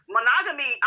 Monogamy